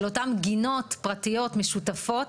של אותן גינות פרטיות משותפות.